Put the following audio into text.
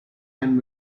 and